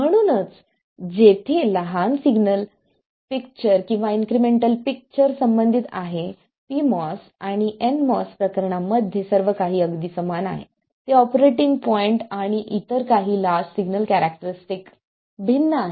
म्हणूनच जेथे लहान सिग्नल पिक्चर किंवा इन्क्रिमेंटल पिक्चर संबंधित आहे pMOS आणि nMOS प्रकरणांमध्ये सर्वकाही अगदी समान आहे ते ऑपरेटिंग पॉईंट आणि इतर काही लार्ज सिग्नल कॅरेक्टरीस्टिक भिन्न आहेत